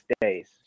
days